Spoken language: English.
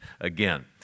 again